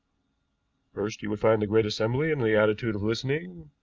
first you would find the great assembly in the attitude of listening,